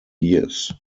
years